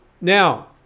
now